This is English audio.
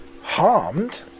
harmed